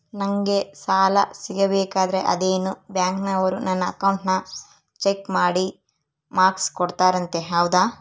ನಂಗೆ ಸಾಲ ಸಿಗಬೇಕಂದರ ಅದೇನೋ ಬ್ಯಾಂಕನವರು ನನ್ನ ಅಕೌಂಟನ್ನ ಚೆಕ್ ಮಾಡಿ ಮಾರ್ಕ್ಸ್ ಕೊಡ್ತಾರಂತೆ ಹೌದಾ?